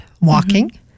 walking